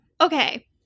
okay